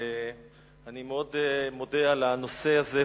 אני מאוד מודה על הנושא הזה,